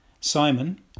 Simon